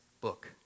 book